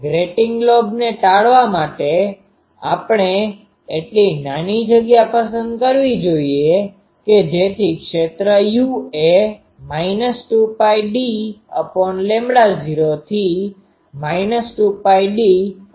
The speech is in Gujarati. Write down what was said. ગ્રેટિંગ લોબને ટાળવા માટે આપણે એટલી નાની જગ્યા પસંદ કરવી જોઈએ કે જેથી ક્ષેત્ર એ 2π૦d થી 2π૦d થાય